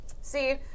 See